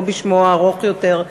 או בשמו הארוך יותר,